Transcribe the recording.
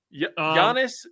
Giannis